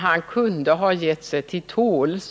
Han kunde ha givit sig till tåls.